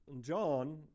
John